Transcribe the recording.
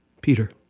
Peter